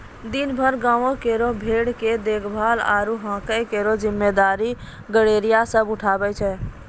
दिनभर गांवों केरो भेड़ के देखभाल आरु हांके केरो जिम्मेदारी गड़ेरिया सब उठावै छै